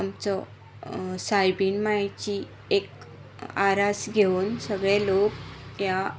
आमचो सायबीण मायची एक आरास घेवन सगळे लोक ह्या